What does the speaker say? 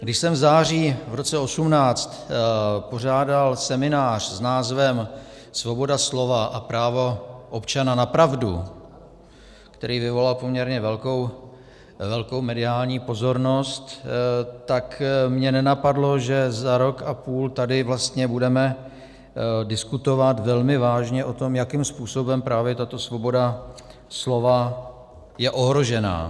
Když jsem v září v roce 2018 pořádal seminář s názvem Svoboda slova a právo občana na pravdu, který vyvolal poměrně velkou mediální pozornost, tak mě nenapadlo, že za rok a půl tady vlastně budeme diskutovat velmi vážně o tom, jakým způsobem právě tato svoboda slova je ohrožena.